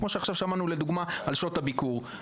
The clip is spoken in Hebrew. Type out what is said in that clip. כמו שעכשיו שמענו לדוגמה על שעות הביקור.